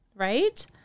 right